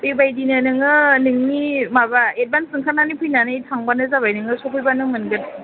बेबायदिनो नोङो नोंनि माबा एडभान्स ओंखारनायनानै फैनानै थांबानो जाबाय नोङो सफैबानो मोनगोन